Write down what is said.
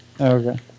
okay